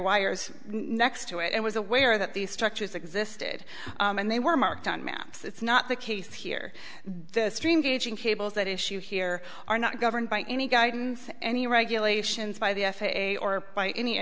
wires next to it and was aware that these structures existed and they were marked on maps it's not the case here the stream gauging cables that issue here are not governed by any guidance any regulations by the f a a or by any